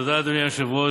תודה, אדוני היושב-ראש.